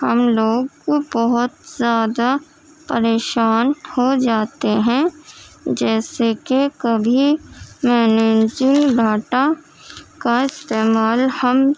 ہم لوگ کو بہت زیادہ پریشان ہو جاتے ہیں جیسے کہ کبھی مینیجنگ ڈاٹا کا استعمال ہم